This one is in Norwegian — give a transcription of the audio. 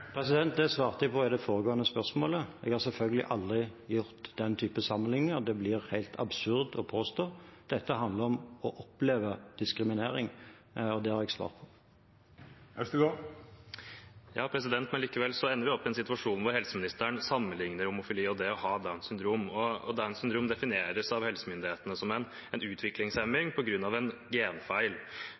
Det svarte jeg på i det foregående spørsmålet. Jeg har selvfølgelig aldri gjort den typen sammenlikning, det blir helt absurd å påstå. Dette handler om å oppleve diskriminering, og det har jeg svart på. Likevel ender vi opp i en situasjon hvor helseministeren sammenlikner homofili og det å ha Downs syndrom. Downs syndrom defineres av helsemyndighetene som en utviklingshemning på grunn av en genfeil. Jeg regner med at statsråden ikke mener at homofili er en utviklingshemning eller en genfeil,